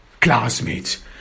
classmates